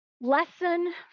lesson